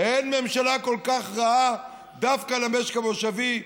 ואין ממשלה כל כך רעה דווקא למשק המושבי.